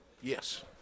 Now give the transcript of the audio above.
Yes